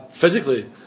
physically